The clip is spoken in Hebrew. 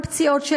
גם פציעות,